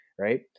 right